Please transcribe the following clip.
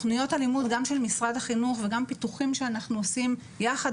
תכניות הלימוד גם של משרד החינוך וגם פיתוחים שאנחנו עושים יחד